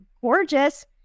gorgeous